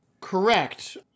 Correct